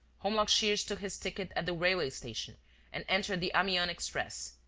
holmlock shears took his ticket at the railway station and entered the amiens express,